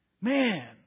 Man